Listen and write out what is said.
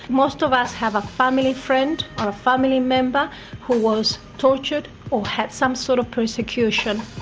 most of us have a family friend or a family member who was tortured or had some sort of persecution.